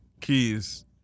keys